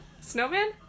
Snowman